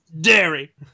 Dairy